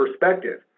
perspective